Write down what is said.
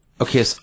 okay